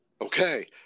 okay